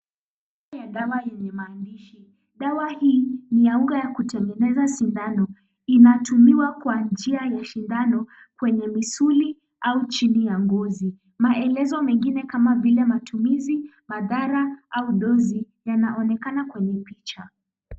Ya dawa yenye maandishi. Dawa hii ni ya unga ya kutengeneza sindano inatumiwa kwa njia ya sindano kwenye misuli au chini ya ngozi. Maelezo mengine kama vile matumizi, madhara au dozi yanaonekana kwenye picha.